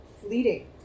fleeting